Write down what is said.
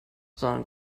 sondern